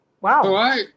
wow